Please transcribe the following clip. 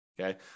okay